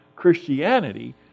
Christianity